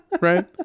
Right